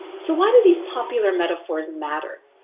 so why do these popular metaphors matter?